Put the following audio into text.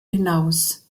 hinaus